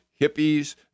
hippies